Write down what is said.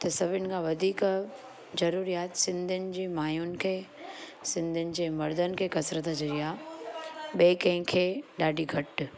त सभिनि खां वधीक ज़रूरिआत सिंधियुनि जूं माइयुनि खे सिंधियुनि जे मर्दन खे कसरत ज़रूरी आहे ॿिए कंहिं खे ॾाढी घटि